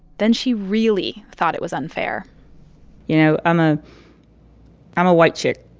then she really thought it was unfair you know, i'm ah i'm a white chick.